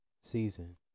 season